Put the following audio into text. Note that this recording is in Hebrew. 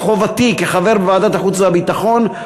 חובתי כחבר ועדת החוץ והביטחון,